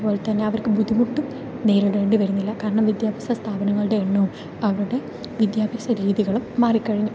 അതുപോലെത്തന്നെ അവർക്ക് ബുദ്ധിമുട്ടും നേരിടേണ്ടി വരുന്നില്ല കാരണം വിദ്യാഭ്യാസ സ്ഥാപനങ്ങളുടെ എണ്ണവും അവരുടെ വിദ്യാഭ്യാസ രീതികളും മാറിക്കഴിഞ്ഞു